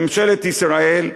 בממשלת ישראל,